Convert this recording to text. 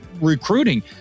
recruiting